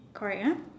correct ah